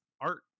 art